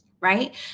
right